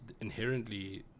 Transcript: inherently